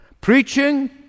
preaching